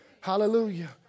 Hallelujah